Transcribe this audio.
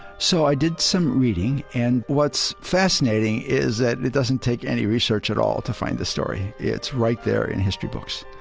so i did some reading, and what's fascinating is that it doesn't take any research at all to find the story. it's right there in history books.